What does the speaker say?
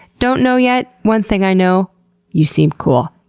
don'tknowyet, one thing i know you seem cool.